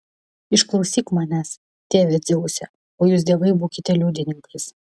išklausyk manęs tėve dzeuse o jūs dievai būkite liudininkais